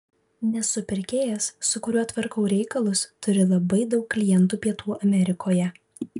nes supirkėjas su kuriuo tvarkau reikalus turi labai daug klientų pietų amerikoje